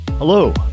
Hello